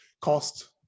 Cost